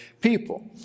people